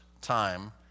time